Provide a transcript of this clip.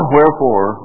Wherefore